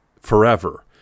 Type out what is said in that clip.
forever